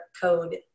code